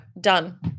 Done